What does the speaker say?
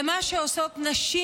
למה שעושות נשים